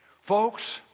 Folks